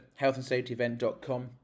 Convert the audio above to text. healthandsafetyevent.com